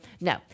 No